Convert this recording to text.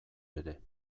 ere